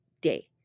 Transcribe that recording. day